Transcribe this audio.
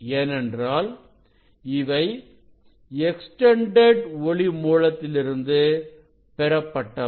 ஏனென்றால் இவை எக்ஸ்டெண்டெட் ஒளி மூலத்திலிருந்து பெறப்பட்டவை